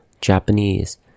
Japanese